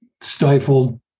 stifled